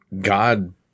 God